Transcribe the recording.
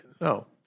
no